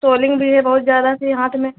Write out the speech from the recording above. soling بھی ہے بہت زیادہ سے ہاتھ میں